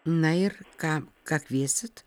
na ir ką ką kviesit